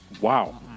Wow